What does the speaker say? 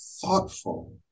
thoughtful